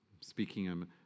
speaking